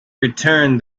returned